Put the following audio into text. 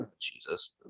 Jesus